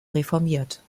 reformiert